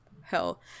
hell